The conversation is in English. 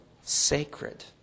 sacred